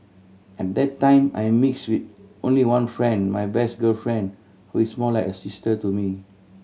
and that time I mix with only one friend my best girlfriend who is more like a sister to me